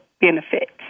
benefits